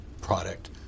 product